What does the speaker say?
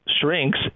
shrinks